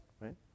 right